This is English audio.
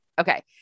Okay